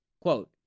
quote